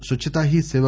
స్వచ్చతా హీ సేవా